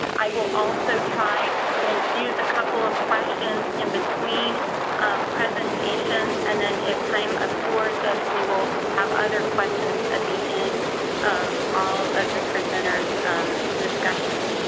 i will also try to infuse a couple of questions in between presentations and then if time affords us, we will have other questions at the end of all of the presenters discussions,